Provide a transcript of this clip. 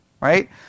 Right